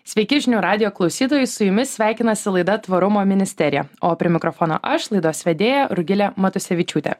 sveiki žinių radijo klausytojai su jumis sveikinasi laida tvarumo ministerija o prie mikrofono aš laidos vedėja rugilė matusevičiūtė